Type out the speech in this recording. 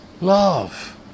love